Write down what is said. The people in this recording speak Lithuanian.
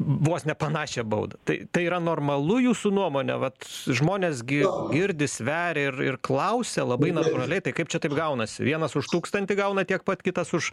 vos ne panašią bauda tai tai yra normalu jūsų nuomone vat žmonės gi girdi sveria ir ir klausia labai natūraliai tai kaip čia taip gaunasi vienas už tūkstantį gauna tiek pat kitas už